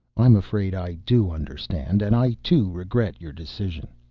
i'm afraid i do understand. and i, too, regret your decision.